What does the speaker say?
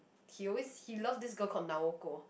he always he loved this girl called Naoko